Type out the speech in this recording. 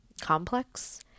complex